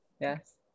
yes